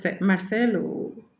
Marcelo